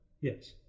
Yes